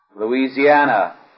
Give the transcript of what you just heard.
Louisiana